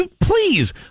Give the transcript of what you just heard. Please